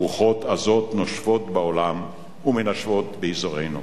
רוחות עזות נושבות בעולם ומנשבות באזורנו,